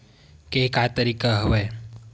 के का तरीका हवय?